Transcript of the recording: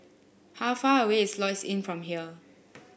how far away is Lloyds Inn from here